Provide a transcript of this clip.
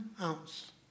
ounce